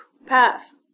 Path